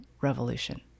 revolution